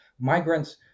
migrants